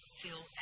feel